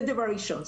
זה דבר ראשון.